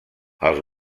els